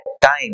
time